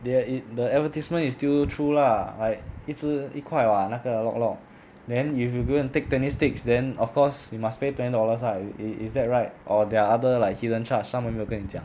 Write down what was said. they are it the advertisement is still true lah like 一支一块 [what] 那个 lok lok then if you go and take twenty sticks then of course you must pay twenty dollars ah is is that right or there are other like hidden charges then 他们没有跟你讲